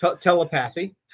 telepathy